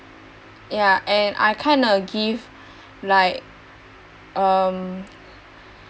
ya and I kinda give like um